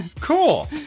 Cool